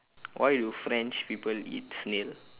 why do french people eat snail